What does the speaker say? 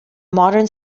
modern